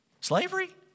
Slavery